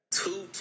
two